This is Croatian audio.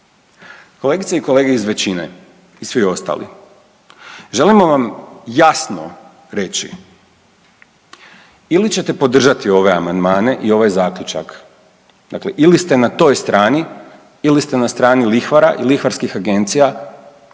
Kolegice i kolege iz većine i svi ostali, želimo vam jasno reći ili ćete podržati ove amandmane i ovaj zaključak, dakle ili ste na toj strani ili ste na strani lihvara i lihvarskih agencija